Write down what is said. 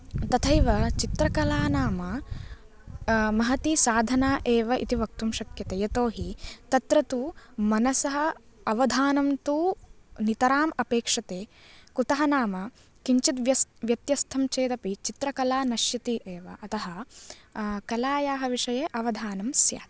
तथैव चित्रकला नाम महती साधना एव इति वक्तुं शक्यते यतोहि तत्र तु मनसः अवधानं तु नितराम् अपेक्षते कुतः नाम किञ्चित् व्यस्त व्यत्यस्तं चेदपि चित्रकला नश्यति एव अतः कलायाः विषये अवधानं स्यात्